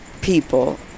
people